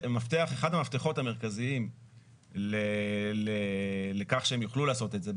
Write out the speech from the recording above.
אחד המפתחות המרכזיים לכך שהם יוכלו לעשות את זה,